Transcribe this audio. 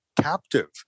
captive